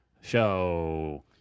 Show